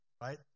Right